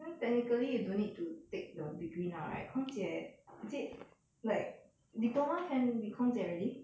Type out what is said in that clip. then technically you don't need to take your degree now right 空姐 is it like diploma can be 空姐 already